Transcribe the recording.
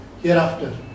hereafter